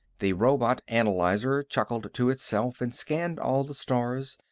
the robot analyzer chuckled to itself and scanned all the stars,